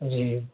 جی